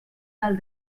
del